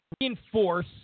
reinforce